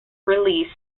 release